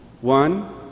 One